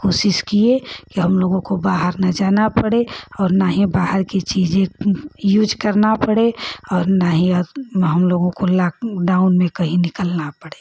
कोशिश किए कि हमलोगों को बाहर न जाना पड़े और न ही बाहर की चीज़ें यूज़ करनी पड़े और न ही हमलोगों को लॉकडाउन में कहीं निकलना पड़े